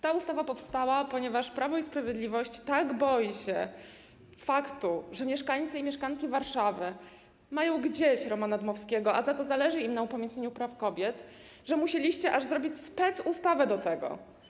Ta ustawa powstała, ponieważ Prawo i Sprawiedliwość tak boi się faktu, że mieszkańcy i mieszkanki Warszawy mają gdzieś Romana Dmowskiego, za to zależy im na upamiętnieniu praw kobiet, że musieliście aż zrobić specustawę do tego.